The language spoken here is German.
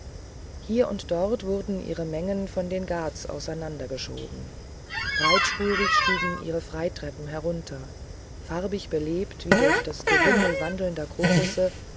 hier und dort wurden ihre mengen von den ghats auseinander geschoben breitspurig stiegen ihre freitreppen herunter farbig belebt wie durch ein gewimmel wandelnder krokusse